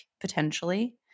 potentially